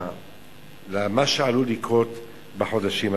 למה שעלול לקרות בחודשים הקרובים.